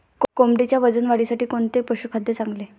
कोंबडीच्या वजन वाढीसाठी कोणते पशुखाद्य चांगले?